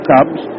Cubs